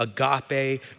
agape